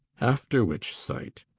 after which sight,